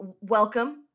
Welcome